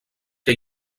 que